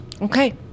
Okay